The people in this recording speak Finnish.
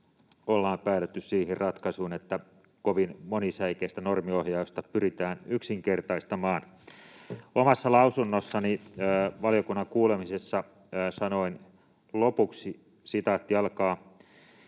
ollaan päädytty siihen ratkaisuun, että kovin monisäikeistä normiohjausta pyritään yksinkertaistamaan. Omassa lausunnossani valiokunnan kuulemisessa sanoin lopuksi: ”Yleisin valittu